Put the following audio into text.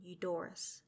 Eudorus